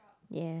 ya